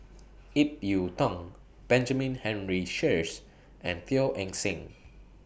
Ip Yiu Tung Benjamin Henry Sheares and Teo Eng Seng